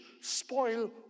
spoil